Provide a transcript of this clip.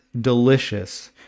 delicious